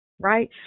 right